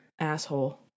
Asshole